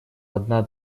одна